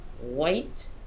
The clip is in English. white